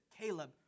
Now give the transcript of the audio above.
Caleb